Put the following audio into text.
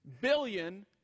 billion